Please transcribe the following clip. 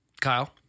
Kyle